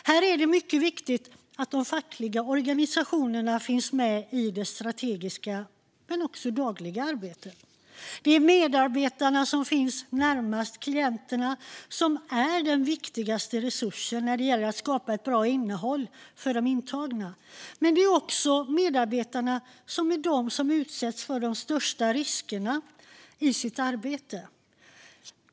Här är det mycket viktigt att de fackliga organisationerna finns med i det strategiska och dagliga arbetet. Det är de medarbetare som finns närmast klienterna som är den viktigaste resursen när det gäller att skapa ett bra innehåll för de intagna, och det är också de som utsätts för de största riskerna i sitt arbete.